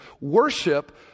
worship